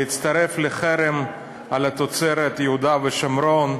להצטרף לחרם על תוצרת יהודה ושומרון ורמת-הגולן.